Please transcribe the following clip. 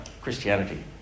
Christianity